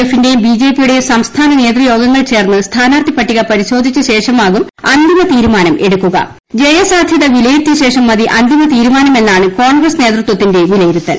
എഫിന്റെയും ബിജെപിയു ടെയും സംസ്ഥാന നേതൃയോഗങ്ങൾ ചേർന്ന് സ്ഥാനാർത്ഥിപ്പട്ടിക പരിശോധിച്ച ജയസാദ്ധ്യത വിലയിരുത്തിയശേഷം മതി അന്തിമതീരുമാനമെന്നാണ് കോൺഗ്രസ്സ് നേതൃത്വത്തിന്റെ വിലയിരുത്തൽ